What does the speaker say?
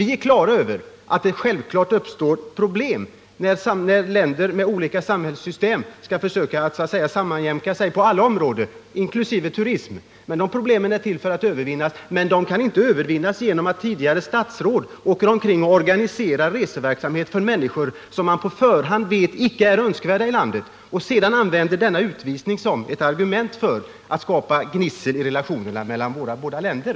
Vi är på det klara med att det självfallet kan uppstå svårigheter när länder med olika samhällssystem skall försöka sammanjämka sig på alla områden, inkl. turismens. De problemen är till för att övervinnas. Men de övervinns inte genom att tidigare statsråd organiserar reseverksamhet för människor, om vilka man på förhand vet att de icke är önskvärda i landet, och sedan använder utvisningen för att skapa gnissel i relationerna mellan våra båda länder.